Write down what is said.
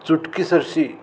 चुटकीसरशी